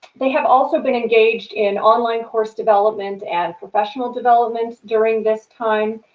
they have also been engaged in online course development and professional development during this time.